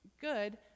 good